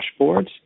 dashboards